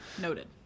noted